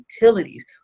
utilities